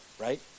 right